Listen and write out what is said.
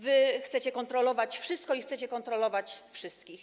Wy chcecie kontrolować wszystko, chcecie kontrolować wszystkich.